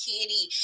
Kitty